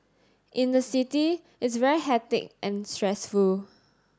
in the city it's very hectic and stressful